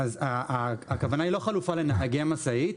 אז הכוונה היא לא חלופה לנהגי משאית.